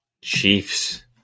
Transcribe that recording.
Chiefs